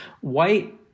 white